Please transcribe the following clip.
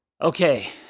Okay